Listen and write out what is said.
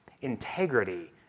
integrity